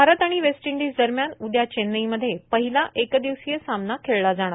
भारत आणि West Indies दरम्यान उद्या चेन्नईमध्ये पहिला एक दिवसीय सामना खेळला जाणार